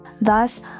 Thus